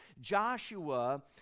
Joshua